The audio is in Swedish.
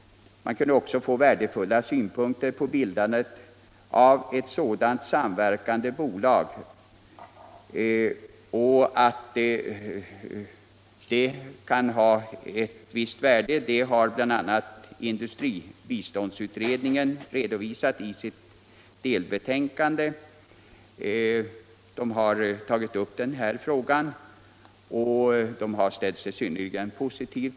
Man kunde också få värdefulla synpunkter på bildandet av ett sådant samverkande bolag. Au detta kan ha ett visst värde har bl.a. industribiståndsutredningen redovisat i sitt delbetänkande. Där har man tagit upp denna fråga och ställt sig synnerligen positiv.